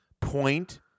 point